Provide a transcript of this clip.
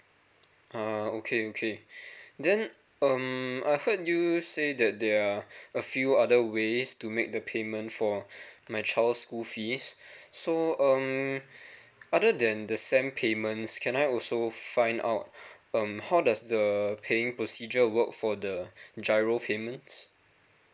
uh okay okay then um I heard you say that they're a few other ways to make the payment for my child's school fees so um other than the s a m payments can I also find out um how does the paying procedure work for the giro payments